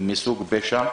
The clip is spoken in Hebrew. מסוג פשע.